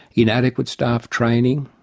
inadequate staff training.